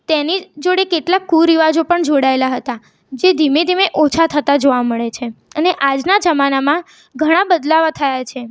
તેની જોડે કેટલાક કુરીવાજો પણ જોડાયેલા હતા જે ધીમે ધીમે ઓછા થતા જોવા મળે છે અને આજના જમાનામાં ઘણા બદલાવો થયા છે